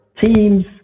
teams